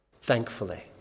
Thankfully